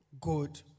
good